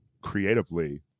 creatively